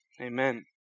Amen